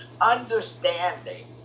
Understanding